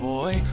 Boy